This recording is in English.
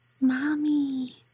Mommy